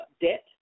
debt